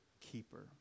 keeper